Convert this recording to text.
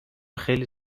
خیلی